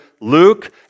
Luke